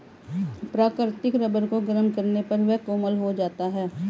प्राकृतिक रबर को गरम करने पर यह कोमल हो जाता है